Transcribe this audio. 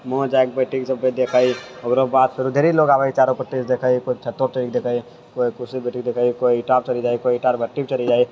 वहाँ जाइके टीम सभके देखै ओकरो बाद फेरो ढ़ेरी लोक आबैया चारू पट्टीसँ देखैया कोइ छतो पर सँ देखैया कोइ कुर्सी पर बैठि देखैया कोइ इंटा पर चढ़ि जाइया कोइ इंटाके भट्टी पर चढ़ि जाइया